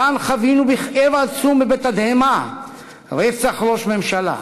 כאן חווינו בכאב עצום ובתדהמה רצח ראש ממשלה.